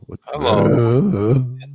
hello